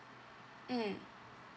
mm